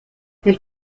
elle